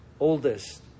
Oldest